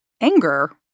anger